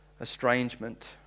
estrangement